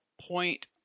point